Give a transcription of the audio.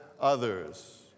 others